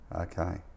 Okay